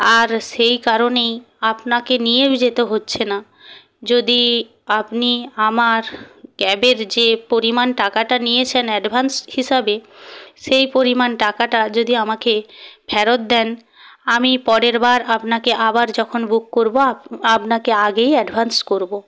আর সেই কারণেই আপনাকে নিয়েও যেতে হচ্ছে না যদি আপনি আমার ক্যাবের যে পরিমাণ টাকাটা নিয়েছেন অ্যাডভ্যান্স হিসাবে সেই পরিমাণ টাকাটা যদি আমাকে ফেরত দেন আমি পরের বার আপনাকে আবার যখন বুক করবো আপনাকে আগেই অ্যাডভ্যান্স করবো